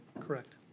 Correct